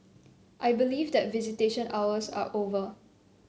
I believe that visitation hours are over